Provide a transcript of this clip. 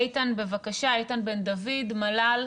איתן בן דוד, מל"ל,